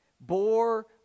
bore